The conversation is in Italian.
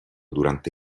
durante